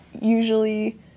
usually